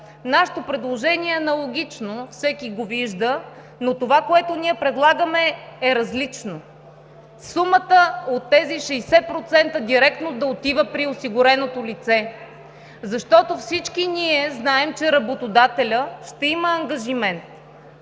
нашето предложение е аналогично, всеки го вижда, но това, което ние предлагаме, е различно – сумата от тези 60% директно да отива при осигуреното лице. Защото всички ние знаем, че работодателят ще има ангажимент